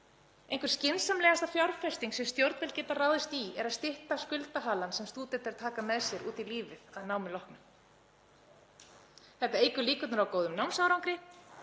Einhver skynsamlegasta fjárfesting sem stjórnvöld geta ráðist í er að stytta skuldahalann sem stúdentar taka með sér út í lífið að námi loknu. Þetta eykur líkurnar á góðum námsárangri